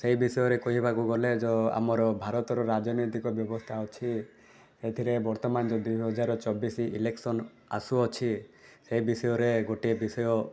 ତ ସେହି ବିଷୟରେ କହିବାକୁ ଗଲେ ଯେଉଁ ଆମର ଭାରତର ରାଜନୈତିକ ବ୍ୟବସ୍ଥା ଅଛି ସେଥିରେ ବର୍ତ୍ତମାନ ଯଦି ଦୁଇହଜାର ଚବିଶ ଇଲେକ୍ସନ୍ ଆସୁଅଛି ସେହି ବିଷୟରେ ଗୋଟେ ବିଷୟ